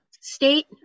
state